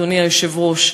אדוני היושב-ראש.